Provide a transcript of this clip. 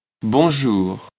Bonjour